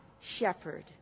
shepherd